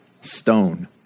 stone